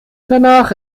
danach